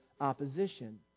opposition